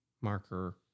marker